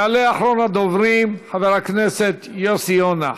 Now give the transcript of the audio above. יעלה אחרון הדוברים, חבר הכנסת יוסי יונה.